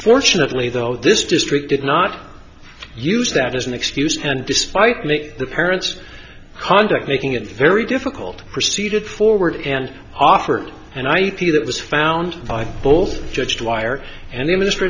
fortunately though this district did not use that as an excuse and despite make the parents conduct making it very difficult proceeded forward and offered an ip that was found by both judged wire and in